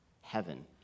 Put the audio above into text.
heaven